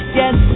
yes